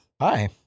Hi